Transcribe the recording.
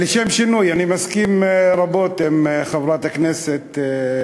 כן, אדוני, שלוש דקות.